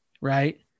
right